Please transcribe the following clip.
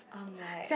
I'm like